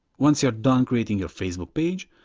once you are done creating your facebook page,